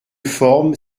forme